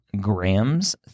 grams